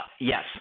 yes